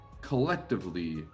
collectively